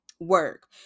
work